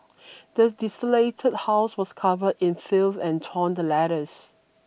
the desolated house was covered in filth and torn letters